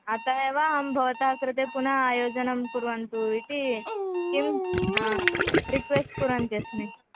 अतः एव अहं भवतः कृते पुनः आयोजनं कुर्वन्तु इति किं रिक्वेस्ट् कुर्वन्ती अस्मि